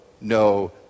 no